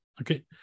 Okay